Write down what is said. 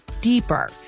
deeper